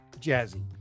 Jazzy